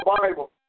Bible